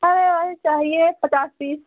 हाँ चाहिए पचास पीस